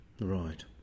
Right